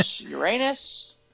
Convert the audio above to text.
Uranus